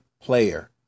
player